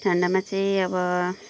ठण्डामा चाहिँ अब